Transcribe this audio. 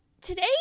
today